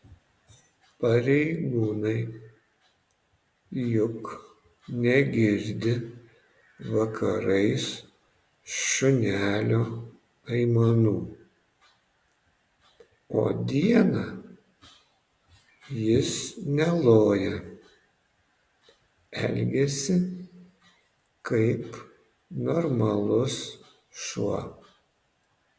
pareigūnai juk negirdi vakarais šunelio aimanų o dieną jis neloja elgiasi kaip normalus šuo